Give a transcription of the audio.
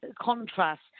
contrast